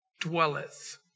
dwelleth